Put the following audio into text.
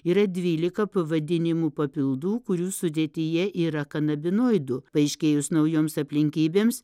yra dvylika pavadinimų papildų kurių sudėtyje yra kanabinoidų paaiškėjus naujoms aplinkybėms